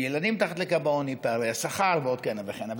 ילדים מתחת לקו העוני, פערי השכר ועוד כהנה וכהנה.